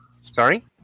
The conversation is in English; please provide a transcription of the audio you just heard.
Sorry